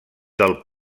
del